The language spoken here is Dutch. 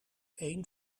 één